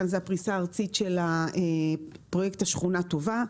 כאן זו הפריסה הארצית של פרויקט השכונה הטובה.